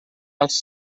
als